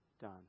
done